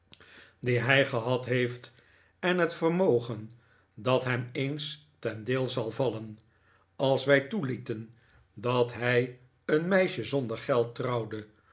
die hij gehad heeft en het vermogen dat hem eens ten deel zal vallen als wij toelieten dat hij een meisje zonder geld trouwde